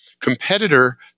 competitor